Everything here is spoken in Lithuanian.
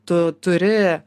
tu turi